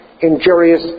injurious